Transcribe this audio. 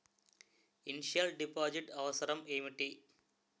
Initial deposit అవసరం ఏమిటి?